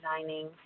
designing